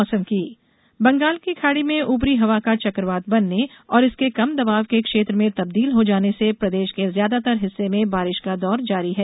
मौसम बंगाल की खाड़ी में ऊपरी हवा का चकवात बनने और इसके कम दबाव के क्षेत्र में तब्दील हो जाने से प्रदेश के ज्यादातर हिस्से में बारिश का दौर जारी है